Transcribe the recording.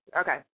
Okay